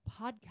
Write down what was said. podcast